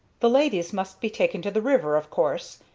the ladies must be taken to the river, of course,